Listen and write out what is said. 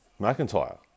McIntyre